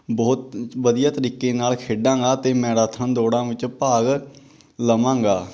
ਬਹੁਤ ਵਧੀਆ ਤਰੀਕੇ ਨਾਲ ਖੇਡਾਂਗਾ ਅਤੇ ਮੈਰਾਥਨ ਦੌੜਾਂ ਵਿੱਚ ਭਾਗ ਲਵਾਂਗਾ